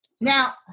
Now